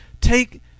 take